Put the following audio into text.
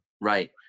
right